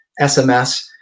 SMS